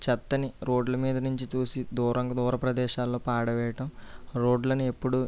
చెత్తని రోడ్ల మీద నుంచి తోసి దూరంగా దూర ప్రదేశాలలో పాడవేయటం రోడ్లని ఎప్పుడూ